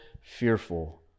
fearful